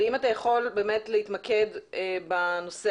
ואם אתה יכול באמת להתמקד באמת בנושא